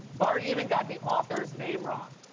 barr even got the author's name wrong.